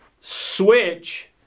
switch